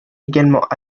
également